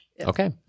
Okay